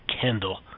Kendall